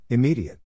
Immediate